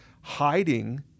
hiding